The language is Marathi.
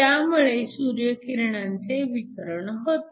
त्यामुळे सूर्यकिरणांचे विकरण होते